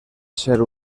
ser